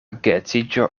geedziĝo